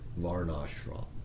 Varnashram